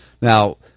Now